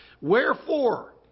Wherefore